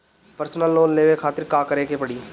Personal loan लेवे खातिर का करे के पड़ी?